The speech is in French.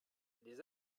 les